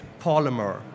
polymer